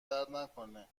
دردنکنه